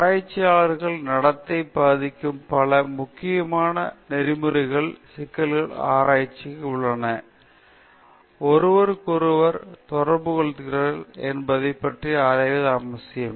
ஆராய்ச்சியாளர்கள் நடத்தை பாதிக்கும் பல முக்கியமான நெறிமுறை சிக்கல்களும் ஆராய்ச்சிகளும் ஆய்வாளர்களும் ஒருவருக்கொருவர் எவ்வாறு தொடர்புகொள்கிறார்கள் என்பதை ஆராய்வது அவசியம்